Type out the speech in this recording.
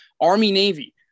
Army-Navy